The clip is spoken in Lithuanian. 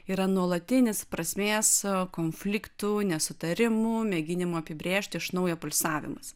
yra nuolatinis prasmės konfliktų nesutarimų mėginimų apibrėžti iš naujo pulsavimas